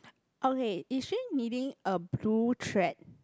okay is she knitting a blue thread